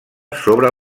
sobre